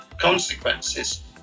consequences